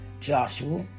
Joshua